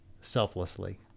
selflessly